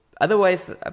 otherwise